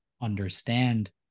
understand